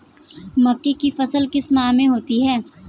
मक्के की फसल किस माह में होती है?